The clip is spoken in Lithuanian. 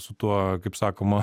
su tuo kaip sakoma